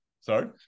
Sorry